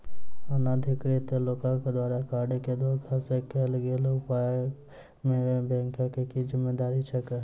अनाधिकृत लोकक द्वारा कार्ड केँ धोखा सँ कैल गेल उपयोग मे बैंकक की जिम्मेवारी छैक?